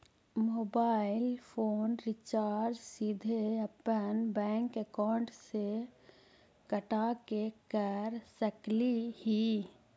Mobile phone recharge सीधे अपन bank account से कटा के कर सकली ही?